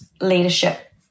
leadership